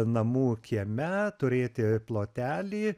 namų kieme turėti plotelį